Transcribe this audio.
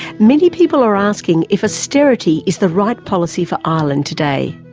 many people are asking if so austerity is the right policy for ireland today.